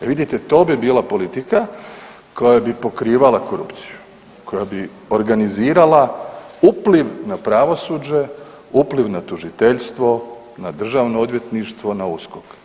E vidite to bi bila politika koja bi pokrivala korupciju, koja bi organizirala upliv na pravosuđe, upliv na tužiteljstvo, na Državno odvjetništvo, na USKOK.